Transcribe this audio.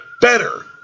better